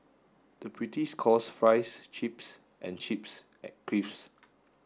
the British calls fries chips and chips crisps